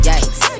Yikes